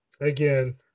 again